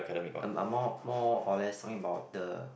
I'm I'm more more or less talking about the